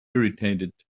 irritated